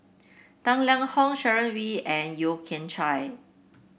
Tang Liang Hong Sharon Wee and Yeo Kian Chai